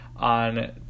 on